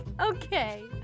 okay